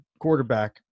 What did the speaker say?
Quarterback